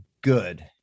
good